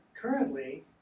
currently